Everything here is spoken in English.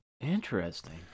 interesting